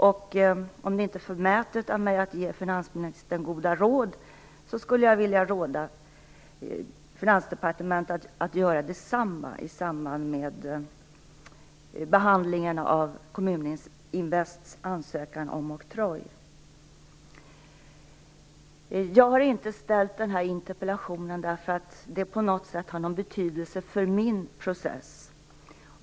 Om det inte är förmätet av mig att ge finansministern goda råd, skulle jag vilja råda Finansdepartementet till att göra det samma i samband med behandlingen av Kommuninvests ansökan om oktroj. Jag har inte ställt den här interpellationen därför att den på något sätt har betydelse för min process.